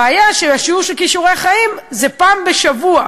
הבעיה של השיעור של "כישורי חיים" היא שזה פעם בשבוע.